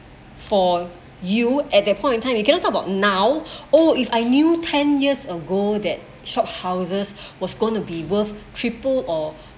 for you at that point in time you cannot talk about now oh if I knew ten years ago that shophouses was gonna be worth triple or